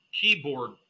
keyboard